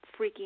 freaking